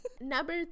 Number